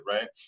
right